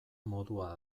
modua